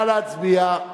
נא להצביע.